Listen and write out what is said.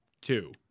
two